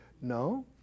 No